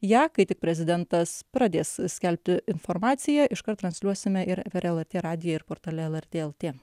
ją kai tik prezidentas pradės skelbti informaciją iškart transliuosime ir per lrt radiją ir portale lrt lt